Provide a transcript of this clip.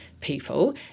people